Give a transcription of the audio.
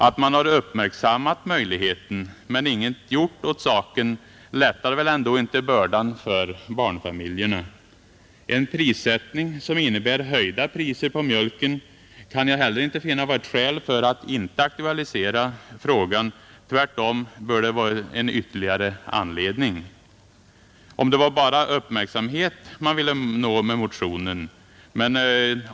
Att man har ”uppmärksammat möjligheten” men ingenting gjort åt saken lättar väl ändå inte bördan för barnfamiljerna! En prissättning som innebär höjda priser på mjölken kan jag inte heller finna vara ett skäl för att inte aktualisera frågan. Tvärtom bör det vara ytterligare en anledning. Var det bara uppmärksamhet man ville nå med motionen?